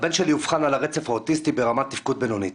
הבן שלי אובחן על הרצף האוטיסטי ברמת תפקוד בינונית.